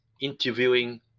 interviewing